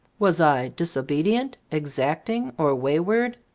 was. i' disobe dient, exacting or wayward?